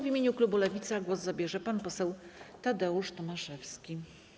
W imieniu klubu Lewica głos zabierze pan poseł Tadeusz Tomaszewski.